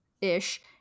ish